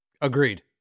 Agreed